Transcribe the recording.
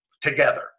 together